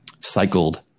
cycled